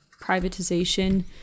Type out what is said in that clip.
privatization